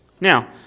Now